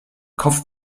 kopf